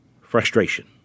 frustration